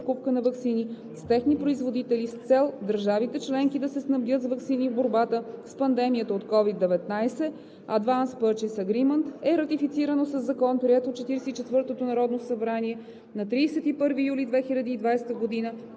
споразумения за покупка на ваксини с техни производители с цел държавите членки да се снабдят с ваксини в борбата с пандемията от COVID-19 („Advance Purchase Agreement“) е ратифицирано със закон, приет от 44-то народно събрание на 31 юли 2020 г.